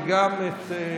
וגם את,